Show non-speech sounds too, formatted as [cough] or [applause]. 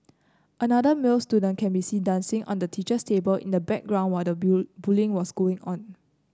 another male student can be seen dancing on the teacher's table in the background while the [unintelligible] bullying was going on